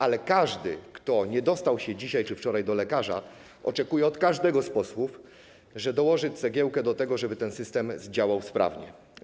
Ale każdy, kto nie dostał się dzisiaj czy wczoraj do lekarza, oczekuje od każdego z posłów, że dołoży cegiełkę do tego, żeby ten system działał sprawnie.